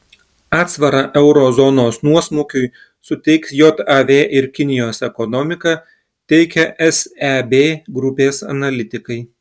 atsvarą euro zonos nuosmukiui suteiks jav ir kinijos ekonomika teigia seb grupės analitikai